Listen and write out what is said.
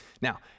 Now